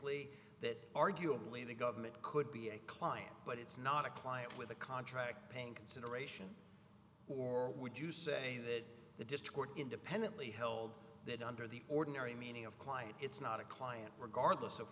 holistically that arguably the government could be a client but it's not a client with a contract paying consideration or would you say that the discourse independently held that under the ordinary meaning of client it's not a client regardless of